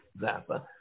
Zappa